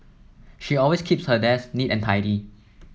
she always keeps her desk neat and tidy